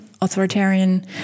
authoritarian